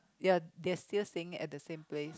ya they're still staying at the same place